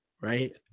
right